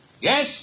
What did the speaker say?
Yes